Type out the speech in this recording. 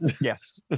Yes